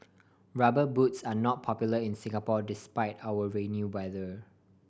Rubber Boots are not popular in Singapore despite our rainy weather